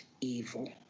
evil